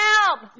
help